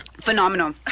Phenomenal